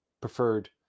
preferred